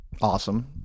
Awesome